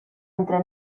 entre